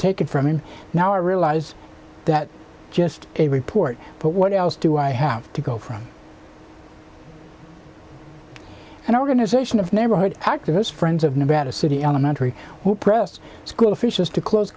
taken from him now i realize that just a report but what else do i have to go from an organization of neighborhood activist friends of nevada city elementary who pressed school officials to close